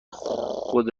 خود